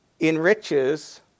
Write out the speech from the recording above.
enriches